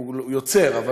הוא יוצר,